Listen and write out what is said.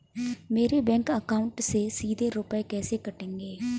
मेरे bank account से सीधे रुपए कैसे कटेंगे?